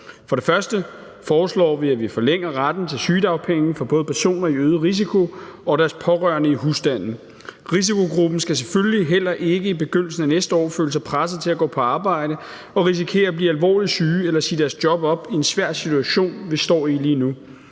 For det første foreslår vi, at vi forlænger retten til sygedagpenge for både personer i øget risiko og deres pårørende i husstanden. Risikogruppen skal selvfølgelig heller ikke i begyndelsen af næste år føle sig presset til at gå på arbejde og risikere at blive alvorligt syge eller til at skulle sige deres job op i den svære situation, vi står i lige nu.